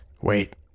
Wait